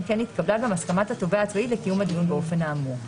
כן התקבלה גם הסכמת התובע הצבאי לקיום האמור באופן האמור.